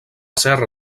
serra